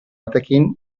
batekin